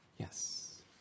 Yes